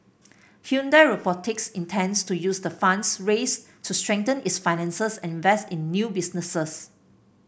Hyundai Robotics intends to use the funds raised to strengthen its finances and invest in new businesses